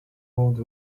rode